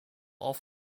off